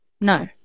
no